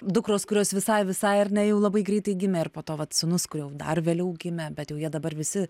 dukros kurios visai visai ar ne jau labai greitai gimė ir po to vat sūnus kur jau dar vėliau gimė bet jau jie dabar visi